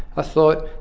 thought,